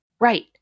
Right